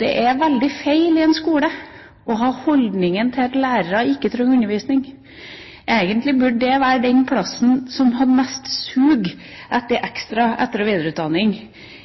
Det er veldig feil i en skole å ha den holdningen at lærere ikke trenger undervisning. Egentlig burde det være der det var mest sug etter ekstra etter- og videreutdanning